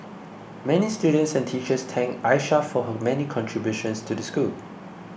many students and teachers thanked Aisha for her many contributions to the school